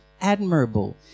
admirable